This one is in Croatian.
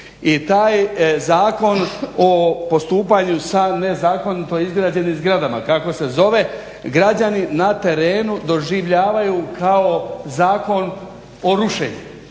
i taj Zakon o postupanju sa nezakonito izgrađenim zgradama, kako se zove, građani na terenu doživljavaju kao Zakon o rušenju,